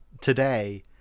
today